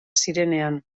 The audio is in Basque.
zirenean